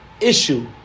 issue